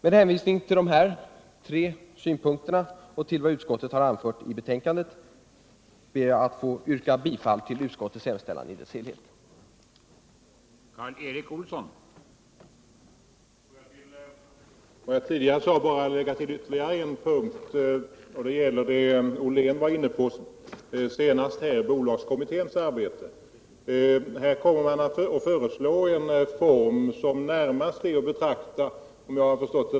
Med hänvisning till dessa tre synpunkter och till vad utskottet har anfört i betänkandet ber jag att få yrka bifall till utskottets hemställan i dess helhet.